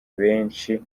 benshi